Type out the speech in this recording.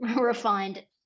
refined